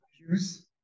use